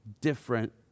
different